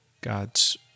God's